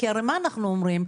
כי הרי מה אנחנו אומרים?